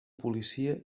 policia